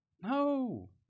No